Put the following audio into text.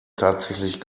tatsächlich